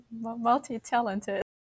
multi-talented